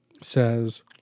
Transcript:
says